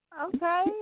Okay